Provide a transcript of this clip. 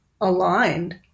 aligned